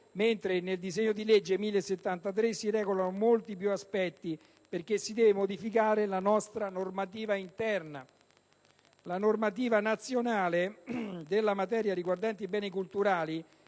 mentre nel disegno di legge n. 1073 si regolano molti più aspetti perché si deve modificare la nostra normativa interna. La normativa nazionale della materia riguardante i beni culturali